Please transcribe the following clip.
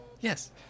Yes